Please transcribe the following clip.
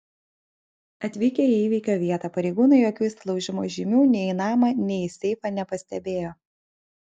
atvykę į įvykio vietą pareigūnai jokių įsilaužimo žymių nei į namą nei į seifą nepastebėjo